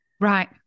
Right